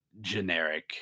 generic